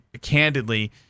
candidly